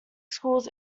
schools